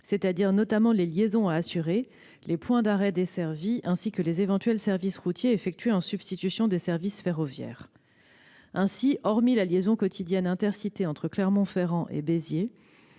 c'est-à-dire notamment les liaisons à assurer, les points d'arrêt desservis, ainsi que les éventuels services routiers effectués en substitution des services ferroviaires. Ainsi, hormis la liaison quotidienne Intercités entre Clermont-Ferrand et Béziers,